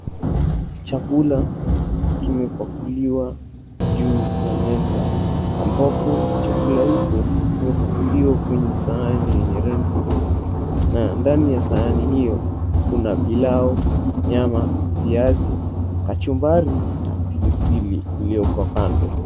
Chakula kimepakuliwa juu ya meza. ambapo chakula hiko kimepakuliwa kwenye sahani yenye rangi nyeupe na ndani ya sahani hiyo kuna pilau, nyama, viazi, kachumbari na pilipili iliyowekwa kando.